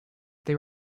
they